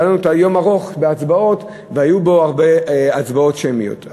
שהיה יום ארוך של הצבעות והיו בו הרבה הצבעות שמיות.